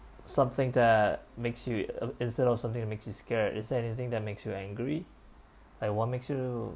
something that makes you uh instead of something that makes you scared is there anything that makes you angry like what makes you